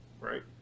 right